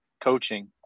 coaching